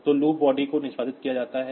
तो loop body को निष्पादित किया जाता है